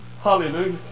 Hallelujah